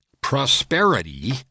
prosperity